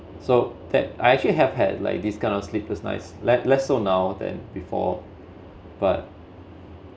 so that I actually have had like this kind of sleepless nights less lesser now than before but